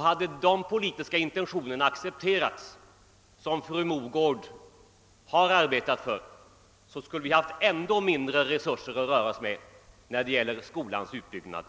Hade de politiska intentioner som fru Mogård arbetar för accepterats, skulle vi ha haft ännu mindre resurser att röra oss med när det gäller skolans utbyggnad.